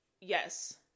yes